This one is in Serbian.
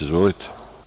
Izvolite.